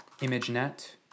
ImageNet